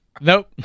Nope